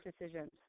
decisions